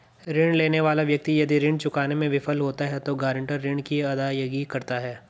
ऋण लेने वाला व्यक्ति यदि ऋण चुकाने में विफल होता है तो गारंटर ऋण की अदायगी करता है